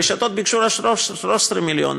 והרשתות ביקשו רק 13 מיליון,